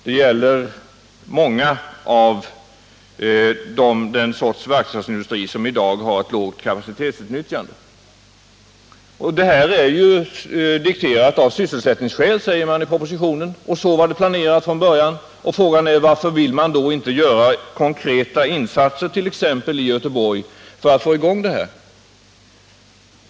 Det gäller också andra företag inom den verkstadsindustri som i dag har ett lågt kapacitetsutnyttjande. Detta förslag är dikterat av sysselsättningsskäl, säger man i propositionen, och så var det planerat från början. Frågan är: Varför vill man då inte göra konkreta insatser, t.ex. i Göteborg, för att få i gång verksamheten?